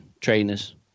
trainers